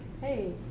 Hey